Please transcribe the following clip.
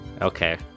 Okay